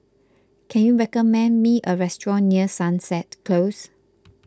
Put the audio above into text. can you recommend me a restaurant near Sunset Close